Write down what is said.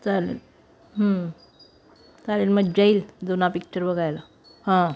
चालेल चालेल मजा येईल जुना पिच्चर बघायला हां